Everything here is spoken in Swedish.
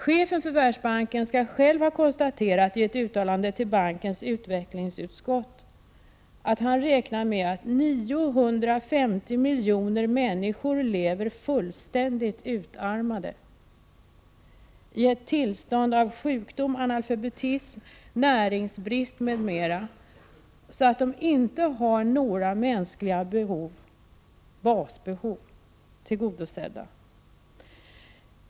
Chefen för Världsbanken skall själv i ett uttalande till bankens utvecklingsutskott ha konstaterat att han räknar med att 950 miljoner människor lever fullständigt utarmade i ett tillstånd av sjukdom, analfabetism, näringsbrist m.m., så att de inte har några som helst mänskliga basbehov tillgodosedda.